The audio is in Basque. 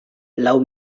lau